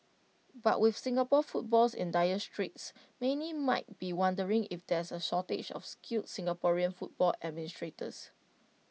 but with Singapore footballs in dire straits many might be wondering if there's A shortage of skilled Singaporean football administrators